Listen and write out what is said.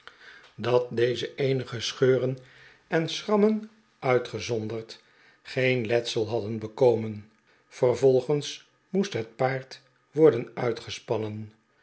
dat deze eenige scheuren en schrammen uitgezonderd geen letsel hadden bekomen vervolgens moest het paard worden uitgespannen